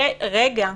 רגע.